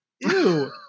Ew